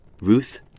Ruth